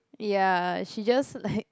ya she just like